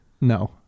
No